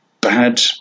bad